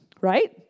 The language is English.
Right